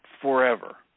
forever